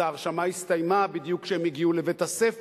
אז ההרשמה הסתיימה בדיוק כשהם הגיעו לבית-הספר.